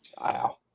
Wow